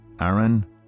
Aaron